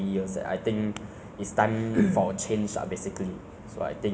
its own citizens more than maybe those ah for once